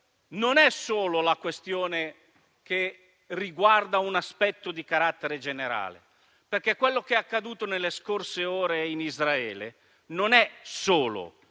solo della questione che riguarda un aspetto di carattere generale, perché quello che è accaduto nelle scorse ore in Israele non è solo